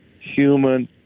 human